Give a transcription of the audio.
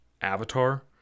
Avatar